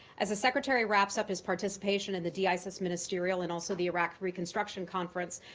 as the secretary wraps up his participation in the d-isis ministerial and also the iraq reconstruction conference,